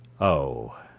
Oh